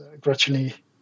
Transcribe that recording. gradually